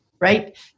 right